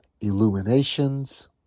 illuminations